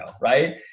right